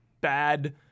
bad